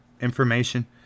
information